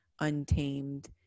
untamed